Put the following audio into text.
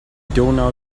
donau